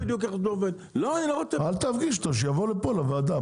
אז שיבוא לפה לוועדה.